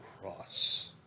cross